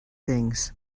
things